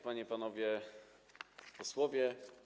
Panie i Panowie Posłowie!